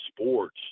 sports